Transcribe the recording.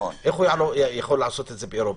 איך הוא יכול לעשות את זה שם,